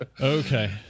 okay